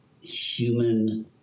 human